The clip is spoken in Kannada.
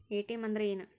ಎ.ಟಿ.ಎಂ ಅಂದ್ರ ಏನು?